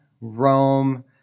Rome